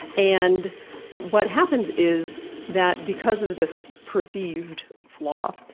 and what happens is that, because of this perceived flaw,